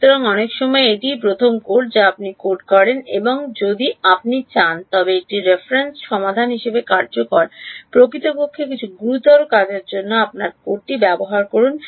সুতরাং অনেক সময় এটিই প্রথম কোড যা আপনি কোড করেন এবং এটি যদি আপনি চান তবে একটি রেফারেন্স সমাধান হিসাবে কার্যকর প্রকৃতপক্ষে কিছু গুরুতর কাজের জন্য আপনার কোডটি ব্যবহার করুন